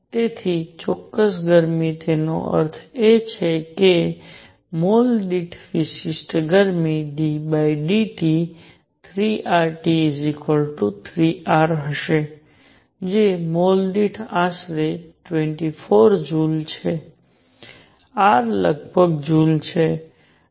અને તેથી ચોક્કસ ગરમી તેનો અર્થ એ છે કે મોલ દીઠ વિશિષ્ટ ગરમી ddT3RT3R હશે જે મોલ દીઠ આશરે 24 જૂલ છે R લગભગ જૂલ છે